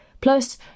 Plus